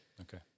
Okay